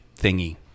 thingy